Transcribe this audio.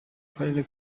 karere